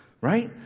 right